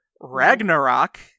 ragnarok